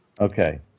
Okay